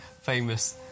famous